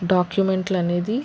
డాక్యుమెంట్లనేది